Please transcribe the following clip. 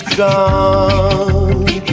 gone